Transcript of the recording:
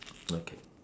okay